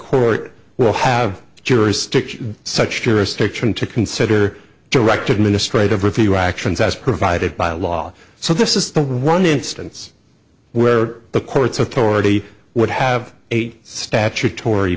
court will have jurisdiction such jurisdiction to consider direct administrative review actions as provided by law so this is one instance where the court's authority would have a statut